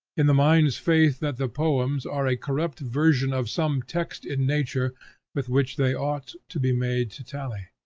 in the mind's faith that the poems are a corrupt version of some text in nature with which they ought to be made to tally.